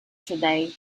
today